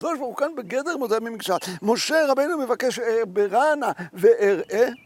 הקדוש ברוך הוא כאן בגדר .... משה רבינו מבקש ב ראנה ועראה.